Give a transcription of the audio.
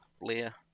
Blair